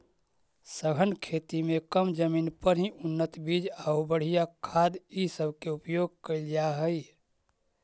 सघन खेती में कम जमीन पर ही उन्नत बीज आउ बढ़ियाँ खाद ई सब के उपयोग कयल जा हई